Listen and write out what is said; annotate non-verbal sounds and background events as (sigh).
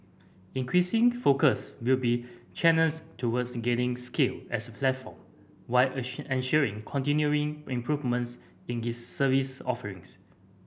increasing focus will be channels towards gaining scale as a platform while (unintelligible) ensuring continuing improvements in its service offerings